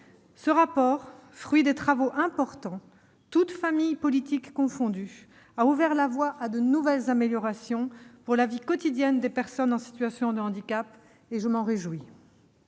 Ce rapport, fruit de travaux importants, toutes familles politiques confondues, a ouvert la voie à de nouvelles améliorations pour la vie quotidienne des personnes en situation de handicap, et je m'en réjouis.